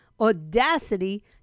audacity